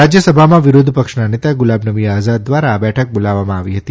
રાજયસભામાં વિરોધપક્ષના નેતા ગુણમનવી આમીદ દ્વાર આ બેઠક બોલાવવામાં આવી હતી